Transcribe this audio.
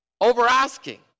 Over-asking